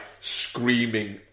screaming